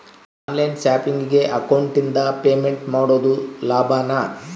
On line ಶಾಪಿಂಗಿಗೆ ಅಕೌಂಟಿಂದ payment ಮಾಡೋದು ಲಾಭಾನ?